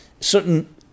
certain